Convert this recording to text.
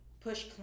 push